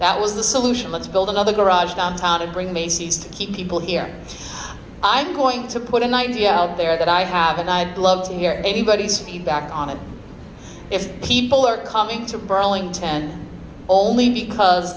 that was the solution let's build another garage downtown to bring macy's to keep people here i'm going to put a ninety out there that i happen i'd love to hear anybody's feedback on it if people are coming to burlington only because